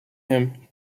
him